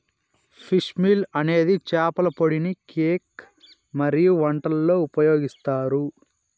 fish meal అనేది చేపల పొడిని కేక్ మరియు వంటలలో ఉపయోగిస్తారు